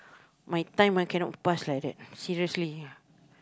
my time ah cannot pass like that seriously ya